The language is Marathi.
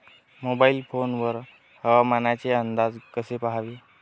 मोबाईल फोन वर हवामानाचे अंदाज कसे पहावे?